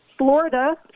Florida